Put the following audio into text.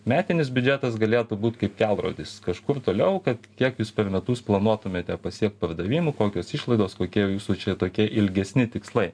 metinis biudžetas galėtų būt kaip kelrodis kažkur toliau kad kiek jūs per metus planuotumėte pasiekt pardavimų kokios išlaidos kokie jūsų čia tokie ilgesni tikslai